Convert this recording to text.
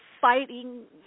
fighting